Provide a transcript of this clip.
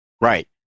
Right